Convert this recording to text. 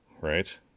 right